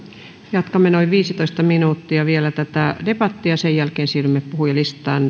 jatkamme vielä noin viisitoista minuuttia tätä debattia ja sen jälkeen siirrymme puhujalistaan